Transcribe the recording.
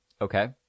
Okay